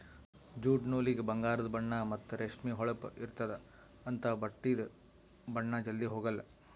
jute ನೂಲಿಗ ಬಂಗಾರದು ಬಣ್ಣಾ ಮತ್ತ್ ರೇಷ್ಮಿ ಹೊಳಪ್ ಇರ್ತ್ತದ ಅಂಥಾ ಬಟ್ಟಿದು ಬಣ್ಣಾ ಜಲ್ಧಿ ಹೊಗಾಲ್